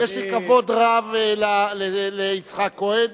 יש לי כבוד רב ליצחק כהן,